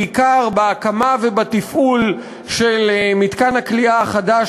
בעיקר בהקמה ובתפעול של מתקן הכליאה החדש,